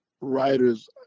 writers